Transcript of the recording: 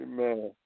Amen